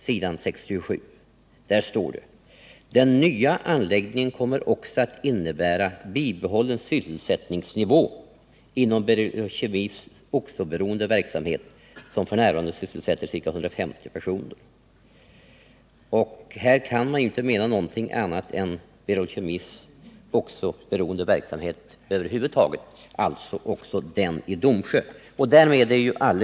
På s. 67 står bl.a. följande: ”Den nya anläggningen kommer också att innebära bibehållen sysselsättningsnivå inom Berol Kemis oxo-beroende verksamhet, som f. n. sysselsätter ca 150 personer.” Här kan man inte mena någonting annat än Berol Kemis oxo-beroende verksamhet över huvud taget, alltså också den i Domsjö.